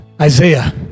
Isaiah